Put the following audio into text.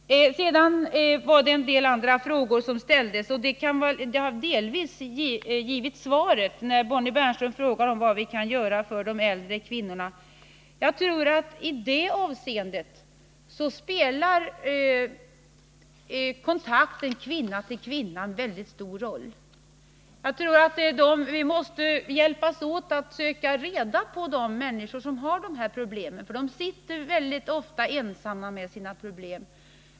Det ställdes vissa andra frågor, men svaren har delvis redan givits. Bonnie Bernström frågade vad vi kan göra för de äldre kvinnorna. Här tror jag att kontakten mellan kvinna och kvinna spelar en mycket stor roll. Jag tror att vi måste hjälpas åt att söka reda på de människor som har de här problemen. Ofta sitter de här kvinnorna ensamma med sina problem.